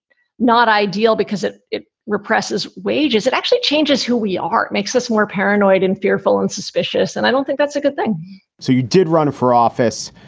not ideal because it it represses wages. it actually changes who we are, makes us more paranoid and fearful and suspicious. and i don't think that's a good thing so you did run for office?